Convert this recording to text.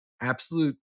absolute